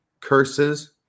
curses